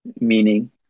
meaning